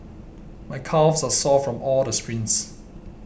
my calves are sore from all the sprints